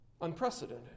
unprecedented